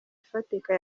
ifatika